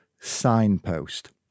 signpost